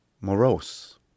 morose